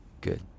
Good